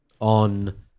on